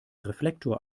reflektor